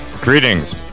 Greetings